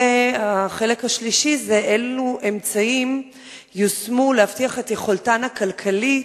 החלק השלישי: אילו אמצעים יושמו להבטיח את יכולתן הכלכלית?